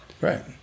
right